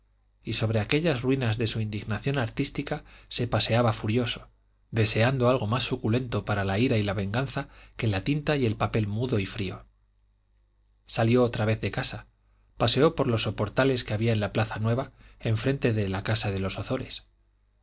y sobre aquellas ruinas de su indignación artística se paseaba furioso deseando algo más suculento para la ira y la venganza que la tinta y el papel mudo y frío salió otra vez de casa paseó por los soportales que había en la plaza nueva enfrente de la casa de los